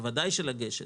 בוודאי לגשת,